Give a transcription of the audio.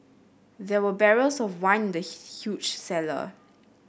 there were barrels of wine in the huge cellar